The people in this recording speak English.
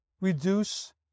reduce